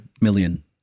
million